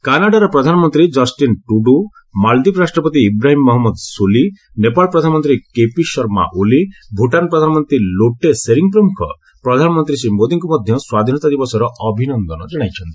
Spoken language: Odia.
କାନାଡାର ପ୍ରଧାନମନ୍ତ୍ରୀ କଷ୍ଟିନ୍ ଟ୍ରୁଡୁ ମାଲଦୀପ ରାଷ୍ଟ୍ରପତି ଇବ୍ରାହିମ ମହମ୍ମଦ ସୋଲି ନେପାଳ ପ୍ରଧାନମନ୍ତ୍ରୀ କେପି ଶର୍ମା ଓଲି ଭୂଟାନ ପ୍ରଧାନମନ୍ତ୍ରୀ ଲୋଟେ ଶେରିଙ୍ଗ ପ୍ରମୁଖ ପ୍ରଧାନମନ୍ତୀ ଶ୍ରୀ ମୋଦୀଙ୍କୁ ମଧ୍ୟ ସ୍ୱାଧୀନତା ଦିବସର ଅଭିନନ୍ଦନ ଜଣାଇଛନ୍ତି